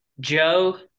joe